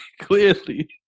Clearly